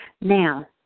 Now